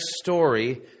story